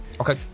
okay